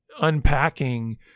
unpacking